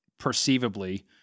perceivably